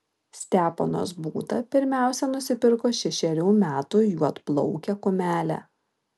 steponas būta pirmiausia nusipirko šešerių metų juodplaukę kumelę